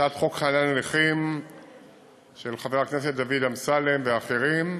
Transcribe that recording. הצעת חוק חניה לנכים של חבר הכנסת דוד אמסלם ואחרים.